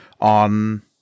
on